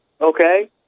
okay